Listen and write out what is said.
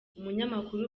umunyamakuru